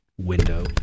Window